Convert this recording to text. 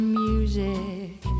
music